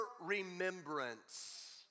remembrance